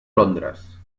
londres